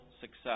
success